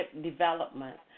development